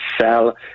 sell